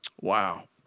Wow